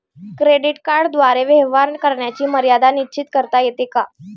Credit कार्डद्वारे व्यवहार करण्याची मर्यादा निश्चित करता येते का?